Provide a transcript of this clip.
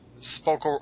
spoke